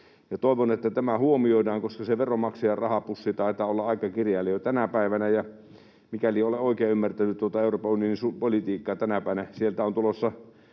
Toivon, että tämä huomioidaan, koska se veronmaksajan rahapussi taitaa olla aika kireällä jo tänä päivänä. Ja mikäli olen oikein ymmärtänyt tuota Euroopan unionin politiikkaa tänä päivänä, sieltä on tulossa